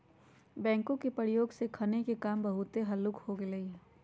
backhoe के प्रयोग से खन्ने के काम बहुते हल्लुक हो गेलइ ह